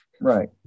Right